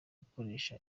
dukoresha